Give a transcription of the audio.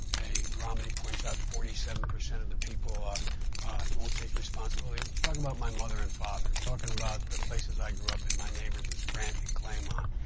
they romney points out, forty seven percent of the people won't take responsibility. he's talking about my mother and father. and he's talking about the places i grew up in, my neighbors in scranton and claymont.